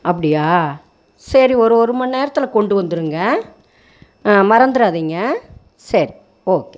அப்படியா சரி ஒரு ஒருமணி நேரத்தில் கொண்டு வந்துருங்க மறந்துறாதிங்க சரி ஓகே